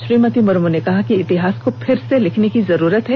श्रीमती मुर्मू ने कहा कि इतिहास को फिर से लिखने की जरूरत है